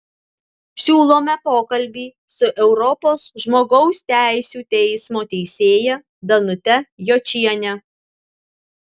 siūlome pokalbį su europos žmogaus teisių teismo teisėja danute jočiene